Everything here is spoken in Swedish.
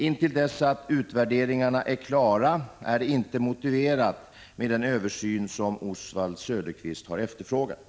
Intill dess att utvärderingarna är klara är det inte motiverat med den översyn som Oswald Söderqvist har efterfrågat.